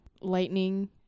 Lightning